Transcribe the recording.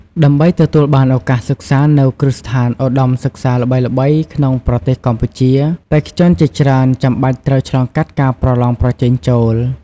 ដើម្បីទទួលបានឱកាសសិក្សានៅគ្រឹះស្ថានឧត្តមសិក្សាល្បីៗក្នុងប្រទេសកម្ពុជា បេក្ខជនជាច្រើនចាំបាច់ត្រូវឆ្លងកាត់ការប្រឡងប្រជែងចូល។